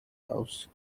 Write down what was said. house